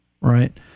Right